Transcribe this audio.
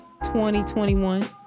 2021